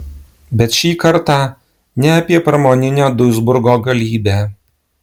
bet šį kartą ne apie pramoninę duisburgo galybę